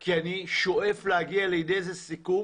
כי אני שואף להגיע לידי איזה סיכום